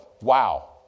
Wow